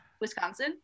Wisconsin